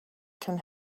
can